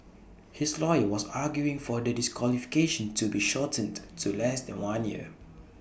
his lawyer was arguing for the disqualification to be shortened to less than one year